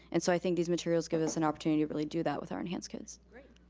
and so i think these materials give us an opportunity to really do that with our enhanced kids. great,